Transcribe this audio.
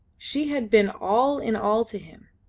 she had been all in all to him.